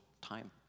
time